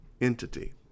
entity